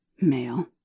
male